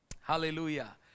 hallelujah